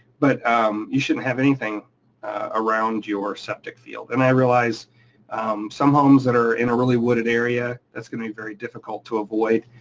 but you shouldn't have anything around your septic field. and i realize some homes that are in a really wooded area, that's gonna be very difficult to avoid,